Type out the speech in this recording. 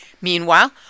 Meanwhile